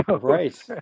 Right